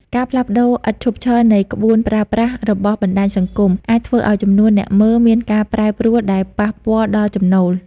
ការផ្លាស់ប្តូរឥតឈប់ឈរនៃក្បួនប្រើប្រាស់ របស់បណ្តាញសង្គម អាចធ្វើឱ្យចំនួនអ្នកមើលមានការប្រែប្រួលដែលប៉ះពាល់ដល់ចំណូល។